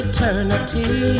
Eternity